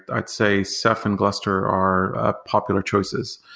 i'd say ceph and gluster are popular choices.